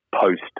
post